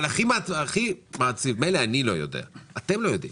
אבל הכי מעציב מילא אני לא יודע, אתם לא יודעים.